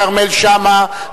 כרמל שאמה,